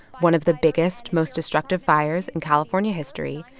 one of the biggest, most destructive fires in california history.